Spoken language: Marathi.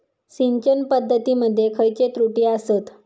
सिंचन पद्धती मध्ये खयचे त्रुटी आसत?